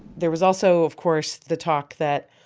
there was also, of course, the talk that,